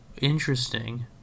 Interesting